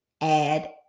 add